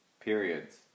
periods